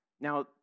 Now